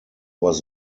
was